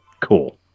Cool